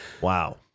wow